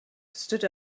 stood